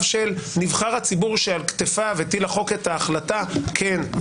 של נבחר הציבור שעל כתפיו הטיל החוק את ההחלטה כן,